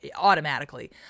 automatically